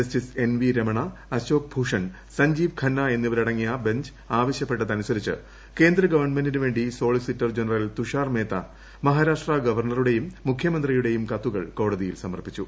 justice N V Ramana Ashok Bhushan Sanjiv Khanna എന്നിവരടങ്ങിയ bench ആവശ്യപ്പെട്ടതനുസരിച്ച് കേന്ദ്ര ഗവൺമെന്റിന് വേണ്ടി സോളിസിറ്റർ ജനറൽ തുഷാർ മേത്ത മഹാരാഷ്ട്ര ഗവർണറുടെയും മുഖ്യമന്ത്രിയുടെയും കത്തുകൾ കോടതിയിൽ സമർപ്പിച്ചു